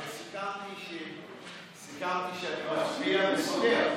הרי סיכמתי שאתה מצביע וסוגר.